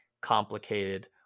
complicated